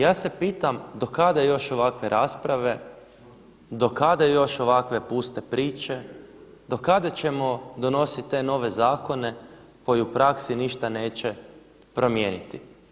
Ja se pitam do kada još ovakve rasprave, do kada još ovakve puste priče, do kada ćemo donosit te nove zakone koji u praksi ništa neće promijeniti?